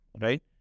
right